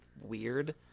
weird